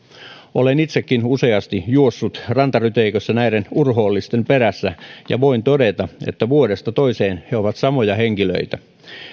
olen itsekin useasti juossut rantaryteikössä näiden urhoollisten perässä ja voin todeta että vuodesta toiseen he ovat samoja henkilöitä